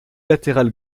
latéral